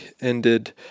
ended